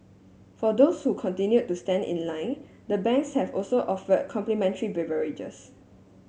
for those who continue to stand in line the banks have also offer complimentary beverages